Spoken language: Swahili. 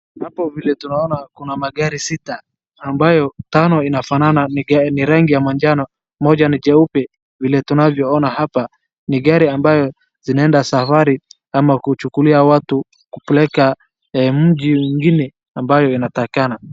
Hapo vile tunaona kuna magari sita ambayo tano inafanana ni rangi ya manjano, moja ni jeupe vile tunavyoona hapa ni gari ambayo zinaenda safari ama kuchukulia watu kupeleka mji mwingine ambayo inatakikana.